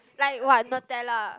like what Nutella